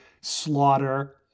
Slaughter